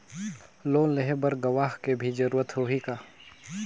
Loan लेहे बर गवाह के भी जरूरत होही का?